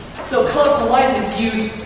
so colorful life is used